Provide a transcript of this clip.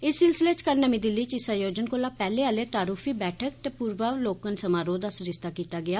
इस सिलसिले च कल नमीं दिल्ली च इस आयोजन कोला पैहले आले तारुफी बैठक ते पूर्वावलोकन समारोह दा सरिस्ता कीता गेआ